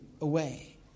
away